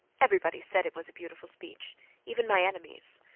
everybody said it was a beautiful speech even my enemies.